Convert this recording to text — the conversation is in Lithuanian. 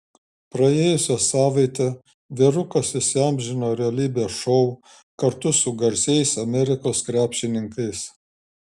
praėjusią savaitę vyrukas įsiamžino realybės šou kartu su garsiais amerikos krepšininkais